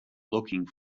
looking